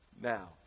Now